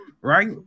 right